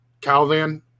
Calvin